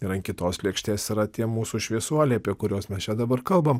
ir ant kitos lėkštės yra tie mūsų šviesuoliai apie kuriuos mes čia dabar kalbam